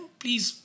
please